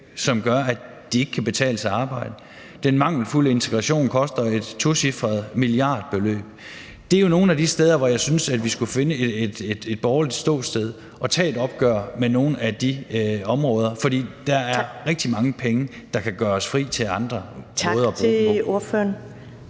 som gør, at det ikke kan betale sig for dem at arbejde. Den mangelfulde integration koster et tocifret milliardbeløb. Det er jo nogle af de steder, hvor jeg synes vi skal finde et borgerligt ståsted og tage et opgør med nogle af de områder, fordi der er rigtig mange penge, der kan gøres fri til andre måder at bruge